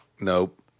Nope